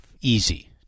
easy